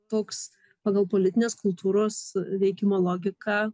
toks pagal politinės kultūros veikimo logiką